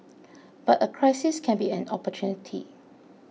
but a crisis can be an opportunity